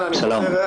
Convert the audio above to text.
לאומי,